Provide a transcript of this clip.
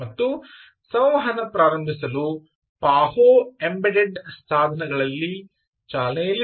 ಮತ್ತು ಸಂವಹನ ಪ್ರಾರಂಭಿಸಲು ಪಾಹೋ ಎಂಬೆಡೆಡ್ ಸಾಧನಗಳಲ್ಲಿ ಚಾಲನೆಯಲ್ಲಿಡಿ